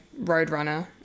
Roadrunner